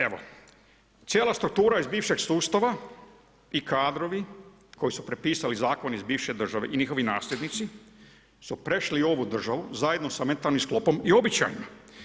Evo cijela struktura iz bivšeg sustava i kadrovi koji su prepisali zakon iz bivše države i njihovi nasljednici su prešli u ovu državu zajedno sa mentalnim sklopom i obećanjima.